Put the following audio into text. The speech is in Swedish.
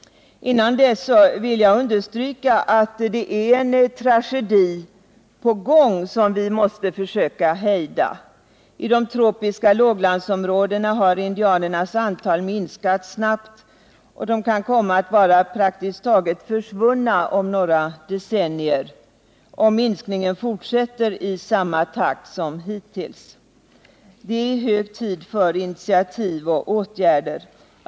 Innan dess vill jag understryka att det är en tragedi på gång som vi måste försöka hejda. I de tropiska låglandsområdena har indianernas antal minskat snabbt, och de kan komma att vara praktiskt taget försvunna om några decennier, om minskningen fortsätter i samma takt som hittills. Det är hög tid för initiativ och åtgärder.